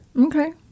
Okay